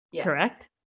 Correct